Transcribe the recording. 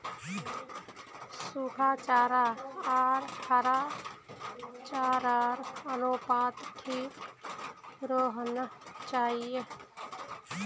सुखा चारा आर हरा चारार अनुपात ठीक रोह्वा चाहि